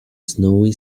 snowy